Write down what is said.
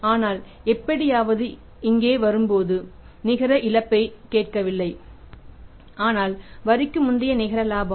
ஆனால் எப்படியாவது இங்கு வரும்போது நிகர இழப்பைக் கேட்கவில்லை ஆனால் வரிக்கு முந்தைய நிகர லாபம்